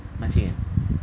masih eh